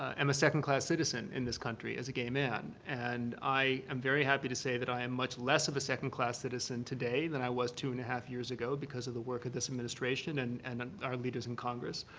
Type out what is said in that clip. am a second class citizen in this country as a gay man. and i am very happy to say that i am much less of a second class citizen today than i was two and a half years ago because of the work of this administration and and our leaders in congress.